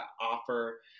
offer